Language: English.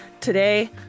today